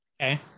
Okay